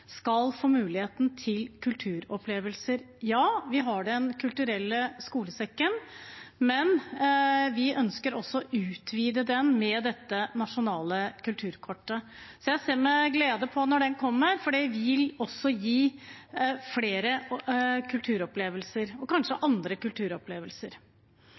skal få mulighet til å få kulturopplevelser. Ja, vi har Den kulturelle skolesekken, men vi ønsker å utvide den med dette nasjonale kulturkortet. Så jeg ser med glede fram til at det skal komme, for det vil gi flere barn og unge kulturopplevelser, kanskje også andre kulturopplevelser.